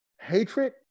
hatred